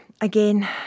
again